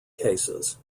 cases